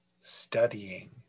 studying